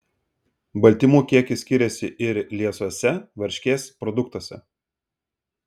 baltymų kiekis skiriasi ir liesuose varškės produktuose